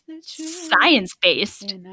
science-based